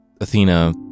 Athena